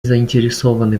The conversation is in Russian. заинтересованы